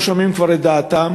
לא שומעים כבר את דעתם,